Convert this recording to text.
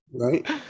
Right